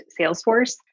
Salesforce